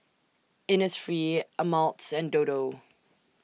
Innisfree Ameltz and Dodo